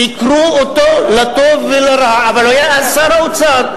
ביקרו אותו לטוב ולרע, אבל הוא היה אז שר האוצר.